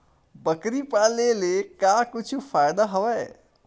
बकरी पाले ले का कुछु फ़ायदा हवय?